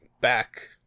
back